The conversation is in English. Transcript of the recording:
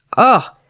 oh!